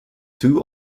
two